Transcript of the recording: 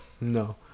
no